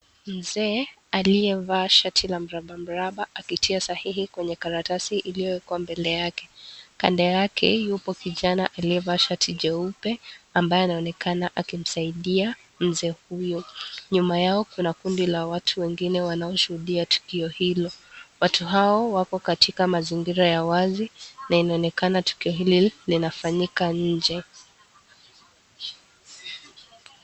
Ni Mzee aliyevaa shati la mrabamraba akitia sahihi kwenye karatasi iliyowekwa mbele yake. Kando yake yupo kijana aliyevaa shati jeupe ambaye anaonekana akimsaidia Mzee huyo. Nyuma yao kuna kundi la watu wengine wanaoshuhudia tukio hilo. Watu hao wako katika mazingira ya wazi na inaonekana tukio hili linafanyika nje.